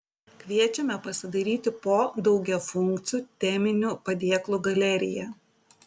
kviečiame pasidairyti po daugiafunkcių teminių padėklų galeriją